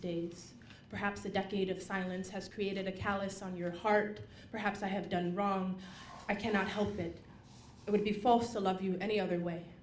days perhaps a decade of silence has created a callous on your hard perhaps i have done wrong i cannot help it it would be false a love you any other way